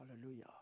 Hallelujah